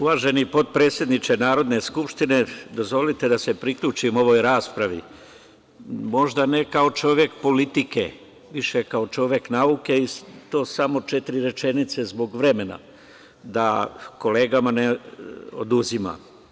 Uvaženi potpredsedniče Narodne skupštine, dozvolite da se priključim ovoj raspravi, možda ne kao čovek politike, više kao čovek nauke i to samo četiri rečenice zbog vremena da kolegama ne oduzimam.